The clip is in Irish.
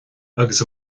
agus